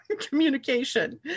communication